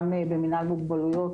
גם במינהל מוגבלויות